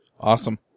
Awesome